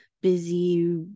busy